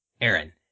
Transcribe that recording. Aaron